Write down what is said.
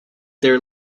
their